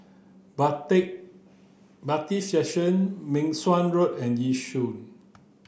Bailiff' Section Meng Suan Road and Yishun